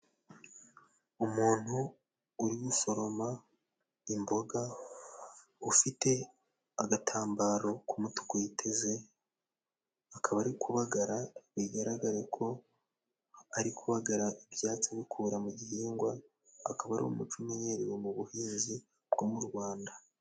Umuntu uri gusoroma imboga ufite agatambaro k'umutuku yiteze, akaba ari kubagara bigaragare ko ari kubagara ibyatsi abikura mu gihingwa, akaba ari umuco umenyerewe mu buhinzi bwo mu Rwanda.